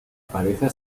pareja